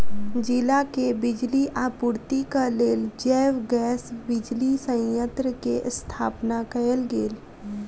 जिला के बिजली आपूर्तिक लेल जैव गैस बिजली संयंत्र के स्थापना कयल गेल